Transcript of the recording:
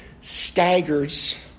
staggers